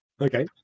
okay